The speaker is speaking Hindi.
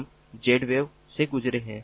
हम Zwave से गुजरे हैं